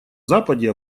западе